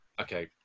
okay